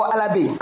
Alabi